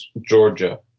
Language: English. Georgia